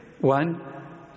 one